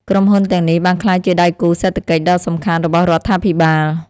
ក្រុមហ៊ុនទាំងនេះបានក្លាយជាដៃគូសេដ្ឋកិច្ចដ៏សំខាន់របស់រដ្ឋាភិបាល។